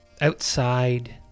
outside